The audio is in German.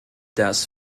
das